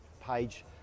page